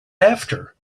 after